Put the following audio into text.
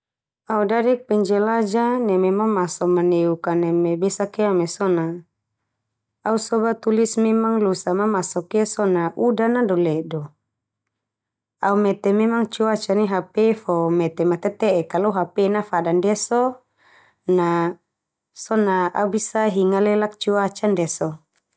Au dadik penjelajah neme mamaso maneuk ka neme besakia mai so na. Au soba tulis memang losa mamasok ia so na udan a do ledo. Au mete memang cuaca nai HP fo mete ma tete'ek ka lo HP nafada ndia so na, so na au bisa hinga alelak cuaca ndia so.